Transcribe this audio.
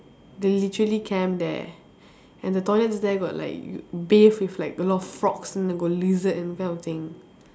they literally camp there and the toilet's there got like bathe with like a lot of frogs and then got lizard and that kind of thing